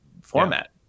format